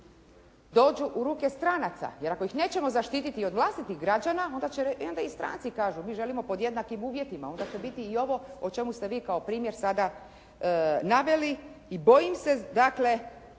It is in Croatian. dođu u ruke stranaca jer ako ih nećemo zaštititi od vlastitih građana e onda i stranci kažu mi želimo pod jednakim uvjetima. Onda će biti i ovo o čemu ste vi kao primjer sada naveli i bojim se dakle